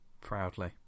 proudly